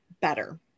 better